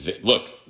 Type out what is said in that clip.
look